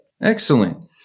Excellent